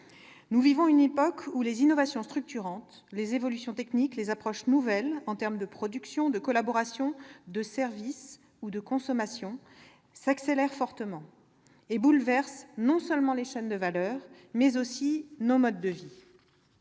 Nous vivons une époque où les innovations structurantes, les évolutions techniques, les approches nouvelles en termes de production, de collaboration, de services ou de consommation s'accélèrent fortement et bouleversent non seulement les chaînes de valeur, mais aussi nos modes de vie.